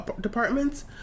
departments